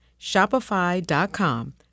Shopify.com